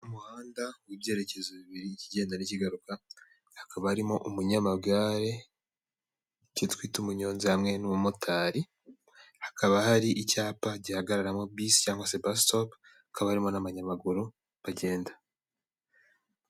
Umuhanda w'ibyerekezo bibiri, Ikigenda n’ikigaruka hakaba harimo umunyamagare icyo twat’umunyonzi hamwe n'umumotari, hakaba har’icyapa gihagararamo bus cyangwa se bus stop, hakabama n'abanyamaguru bagenda.